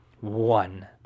one